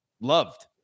loved